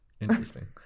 Interesting